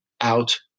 out